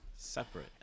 separate